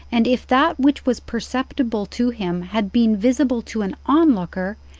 and if that which was perceptible to him had been visible to an onlooker,